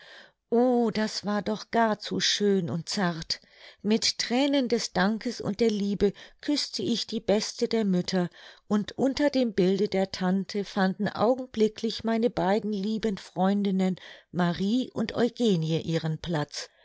o das war doch gar zu schön und zart mit thränen des dankes und der liebe küßte ich die beste der mütter und unter dem bilde der tante fanden augenblicklich meine beiden lieben freundinnen marie und eugenie ihren platz